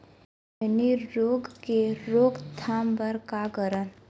मैनी रोग के रोक थाम बर का करन?